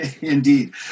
Indeed